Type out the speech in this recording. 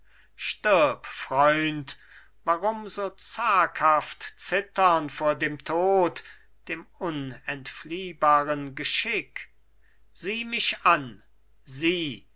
stirb freund warum so zaghaft zittern vor dem tod dem unentfliehbaren geschick sieh mich an sieh